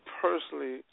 personally